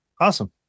Awesome